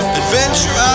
adventure